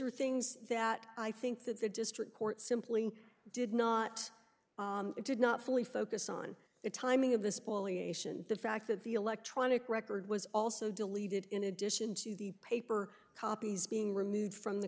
are things that i think that the district court simply did not did not fully focus on the timing of this poly ation the fact that the electronic record was also deleted in addition to the paper copies being removed from the